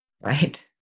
right